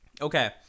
Okay